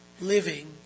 living